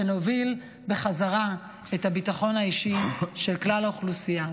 ונוביל בחזרה את הביטחון האישי של כלל האוכלוסייה.